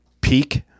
peak